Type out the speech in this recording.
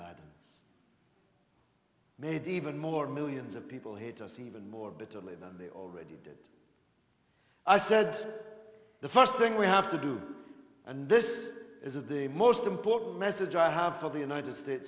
ladens made even more millions of people hate us even more bitterly than they already did i said the first thing we have to do and this is the most important message i have for the united states